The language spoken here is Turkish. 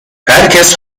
herkes